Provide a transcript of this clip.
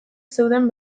zeuden